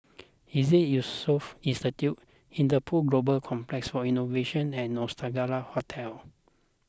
Iseas Yusof Ishak Institute Interpol Global Complex for Innovation and Nostalgia Hotel